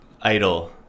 idol